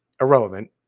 Irrelevant